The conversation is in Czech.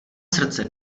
srdce